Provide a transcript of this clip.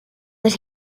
that